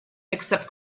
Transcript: except